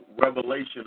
revelation